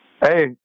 Hey